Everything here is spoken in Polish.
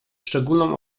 szczególną